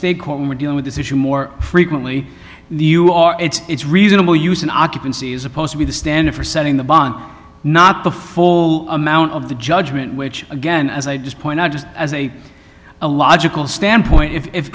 state court we're dealing with this issue more frequently the you are it's reasonable use an occupancy as opposed to be the standard for setting the bond not the full amount of the judgment which again as i just point out just as a a logical standpoint if